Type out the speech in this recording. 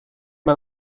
mir